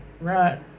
Right